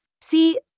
See